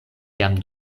jam